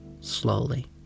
slowly